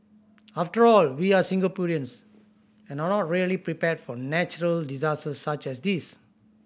after all we're Singaporeans and are not really prepared for natural disasters such as this